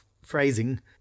phrasing